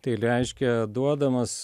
tai leiškia duodamas